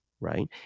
right